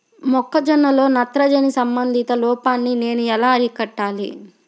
మొక్క జొన్నలో నత్రజని సంబంధిత లోపాన్ని నేను ఎలా అరికట్టాలి?